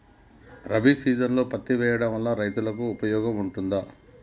రబీ సీజన్లో పత్తి వేయడం వల్ల రైతులకు ఉపయోగం ఉంటదా?